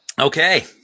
Okay